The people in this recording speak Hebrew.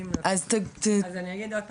אז אני אגיד עוד פעם,